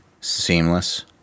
seamless